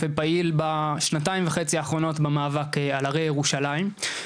ופעיל בשנתיים וחצי האחרונות במאבק על הרי ירושלים.